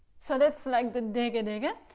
so that's like the dege dege,